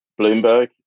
Bloomberg